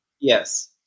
Yes